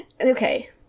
okay